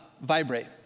vibrate